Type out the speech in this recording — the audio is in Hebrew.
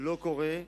לא קורה.